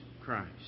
Christ